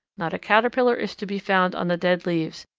not a caterpillar is to be found on the dead leaves,